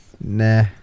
Nah